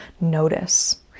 notice